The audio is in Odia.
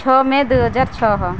ଛଅ ମେ ଦୁଇହଜାର ଛଅ